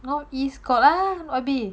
north east got ah what B